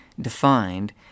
defined